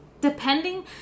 Depending